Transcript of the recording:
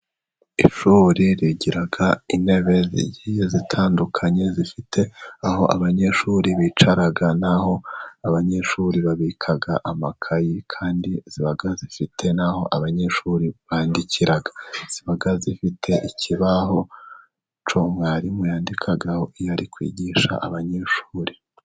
Ishuri rigira intebe zigiye zitandukanye zifite aho abanyeshuri bicara naho abanyeshuri babika amakayi. Kandi ziba zifite n'aho abanyeshuri bandikira, ziba zifite ikibaho cy'umwarimu yandikaho iyo ari kwigisha abanyeshuri.